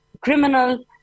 criminal